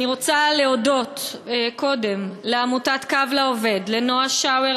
אני רוצה להודות קודם כול לעמותת "קו לעובד" לנועה שאואר,